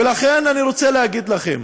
ולכן, אני רוצה להגיד לכם,